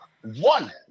One